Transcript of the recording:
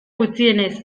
gutxienez